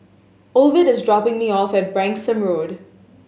Ovid is dropping me off at Branksome Road